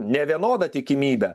nevienoda tikimybė